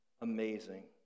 amazing